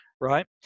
right